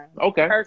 okay